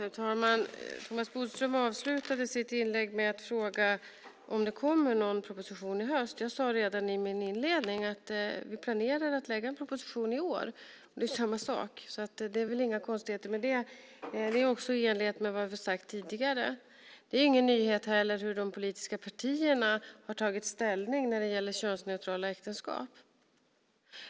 Herr talman! Thomas Bodström avslutade sitt inlägg med att fråga om det kommer någon proposition i höst. Jag sade redan i min inledning att vi planerar att lägga fram en proposition i år. Det är samma sak. Det är väl inga konstigheter med det. Det är också i enlighet med vad vi har sagt tidigare. Det är ingen nyhet heller vilken ställning de politiska partierna har tagit när det gäller könsneutrala äktenskap.